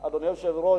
אדוני היושב-ראש,